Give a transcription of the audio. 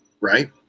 Right